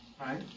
right